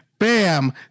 Bam